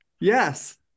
Yes